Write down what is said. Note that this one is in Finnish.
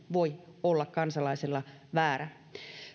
voi olla kansalaisella väärä